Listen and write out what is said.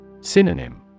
Synonym